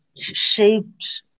shaped